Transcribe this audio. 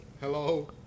hello